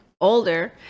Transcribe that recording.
older